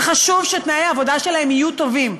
וחשוב שתנאי העבודה שלהם יהיו טובים,